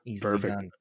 Perfect